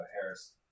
harris